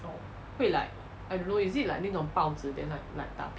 会 like I don't know is it like 那种报子 then like like 打